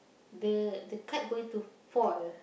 the the kite going to fall